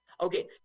Okay